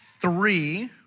three